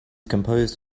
composed